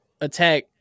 attack